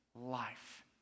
life